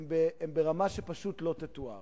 הן ברמה שפשוט לא תתואר,